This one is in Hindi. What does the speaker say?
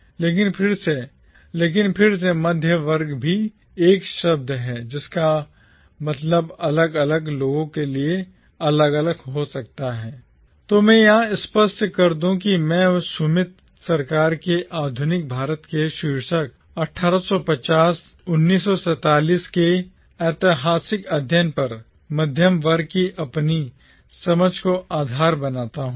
लेकिन फिर से मध्यम वर्ग भी एक शब्द है जिसका मतलब अलग अलग लोगों के लिए अलग अलग हो सकता है तो मैं यहाँ स्पष्ट कर दूं कि मैं सुमित सरकार के आधुनिक भारत के शीर्षक 1850 1947 के ऐतिहासिक अध्ययन पर मध्यम वर्ग की अपनी समझ को आधार बनाता हूँ